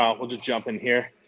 um we'll just jump in here.